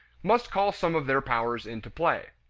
must call some of their powers into play.